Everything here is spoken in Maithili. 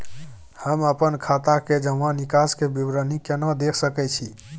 हम अपन खाता के जमा निकास के विवरणी केना देख सकै छी?